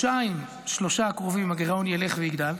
בחודשיים-שלושה הקרובים הגירעון ילך ויגדל,